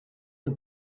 the